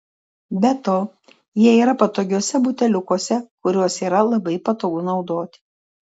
be to jie yra patogiuose buteliukuose kuriuos yra labai patogu naudoti